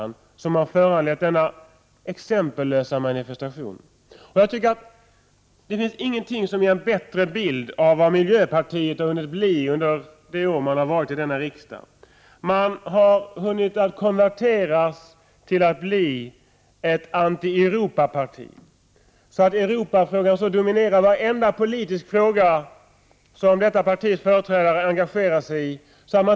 Tanken på detta samarbete har föranlett denna exempellösa manifestation. Jag tycker inte att det finns något som ger en bättre bild av vad miljöpartiet har hunnit bli under det år det har varit i denna riksdag. Miljöpartiet har konverterats till att bli ett anti-Europaparti. Europafrågan dominerar varje politisk fråga som detta partis företrädare engagerar sig i.